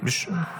מישהו?